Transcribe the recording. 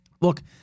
look